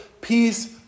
peace